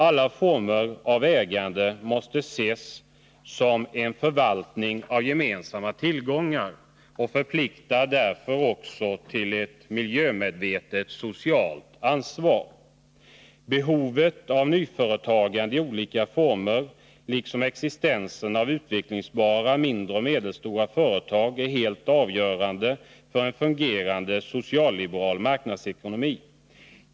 Alla former av ägande måste ses som en förvaltning av gemensamma tillgångar och förpliktar därför också till ett miljömedvetet socialt ansvar. Behovet av nyföretagande i olika former liksom existensen av utvecklingsbara mindre och medelstora företag är helt avgörande för en fungerande socialliberal marknadsekonomi.